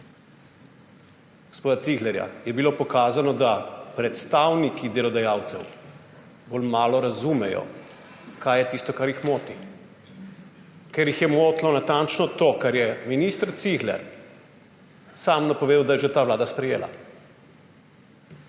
gospoda Ciglerja je bilo pokazano, da predstavniki delodajalcev bolj malo razumejo, kaj je tisto, kar jih moti, ker jih je motilo natančno to, kar je minister Cigler sam napovedal, da je že ta vlada sprejela.